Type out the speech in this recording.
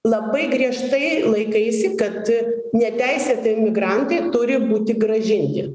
labai griežtai laikaisi kad neteisėti emigrantai turi būti grąžinti